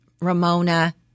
Ramona